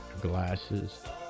glasses